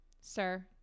Sir